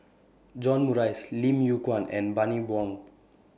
John Morrice Lim Yew Kuan and Bani Buang